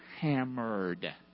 hammered